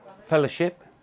fellowship